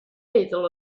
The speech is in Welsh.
meddwl